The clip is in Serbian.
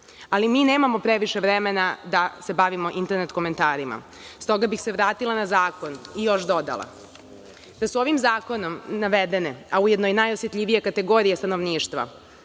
padaju. Nemamo previše vremena da se bavimo internet komentarima, stoga bih se vratila na zakon i još dodala da su ovim zakonom navedene, a ujedno i najosetljivije kategorije stanovništva